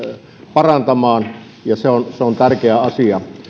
parantamaan ja se on se on tärkeä asia